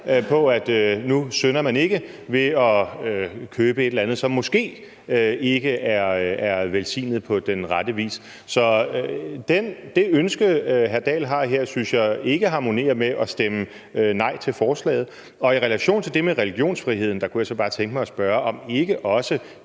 ikke syndede ved at købe et eller andet, som måske ikke var velsignet på den rette vis. Så det ønske, hr. Dahl har her, synes jeg ikke harmonerer med at stemme nej til forslaget. Og i relation til det med religionsfriheden kunne jeg så bare tænke mig at spørge, om ikke også